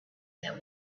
that